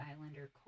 islander